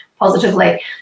positively